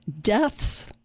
deaths